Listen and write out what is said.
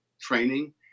training